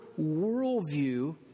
worldview